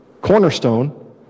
Cornerstone